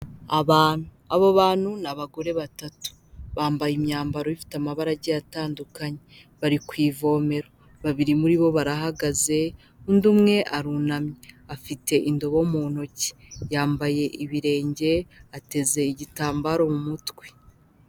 Abantu abo bantu ni abagore batatu bambaye imyambaro ifite amabara agiye atandukanye bari ku ivomero, babiri muri bo barahagaze undi umwe arunamye afite indobo mu ntoki, yambaye ibirenge ateze igitambaro mu mutwe.